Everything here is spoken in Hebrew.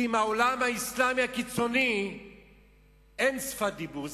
כי עם העולם האסלאמי הקיצוני אין שפת דיבור.